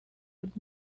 would